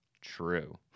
True